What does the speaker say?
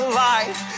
life